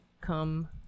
come